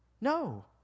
No